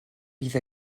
bydd